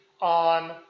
on